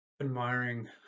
admiring